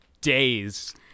days